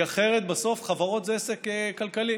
כי אחרת, בסוף, חברות זה עסק כלכלי.